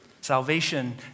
Salvation